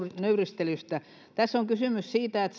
nöyristelystä tässä on kysymys siitä että